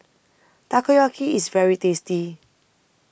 Takoyaki IS very tasty